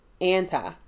Anti